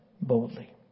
boldly